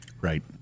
Right